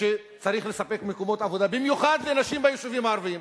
שצריך לספק מקומות עבודה במיוחד לנשים ביישובים הערביים.